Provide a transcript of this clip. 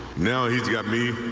now you've got me.